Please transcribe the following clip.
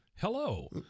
hello